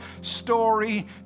story